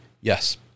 yes